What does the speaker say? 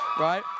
right